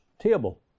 table